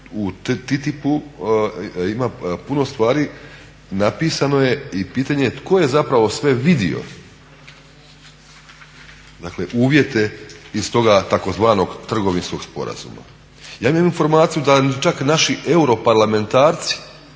u TTIP-u ima puno stvari napisano je i pitanje je tko je sve vidio uvjete iz toga tzv. trgovinskog sporazuma. Ja imam informaciju da ni čak naši europarlamentarci